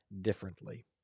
differently